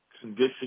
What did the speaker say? condition